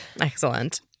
Excellent